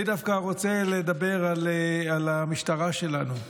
אני רוצה לדבר על המשטרה שלנו,